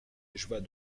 j’vas